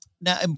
Now